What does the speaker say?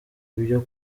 ibyo